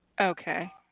Okay